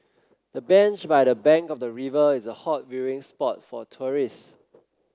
the bench by the bank of the river is a hot viewing spot for tourists